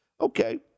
Okay